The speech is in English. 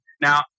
now